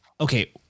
okay